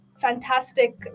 fantastic